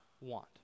want